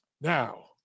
Now